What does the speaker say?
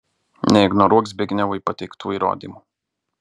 neignoruok zbignevui pateiktų įrodymų